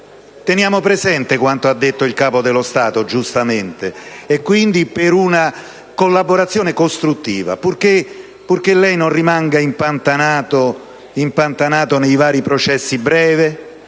Teniamo presente quanto affermato dal Capo dello Stato e siamo favorevoli ad una collaborazione costruttiva, purché lei non rimanga impantanato nei vari processi brevi,